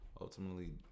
ultimately